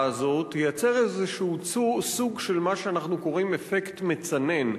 הזאת תייצר איזה סוג של מה שאנחנו קוראים אפקט מצנן,